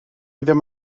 ddim